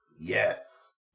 Yes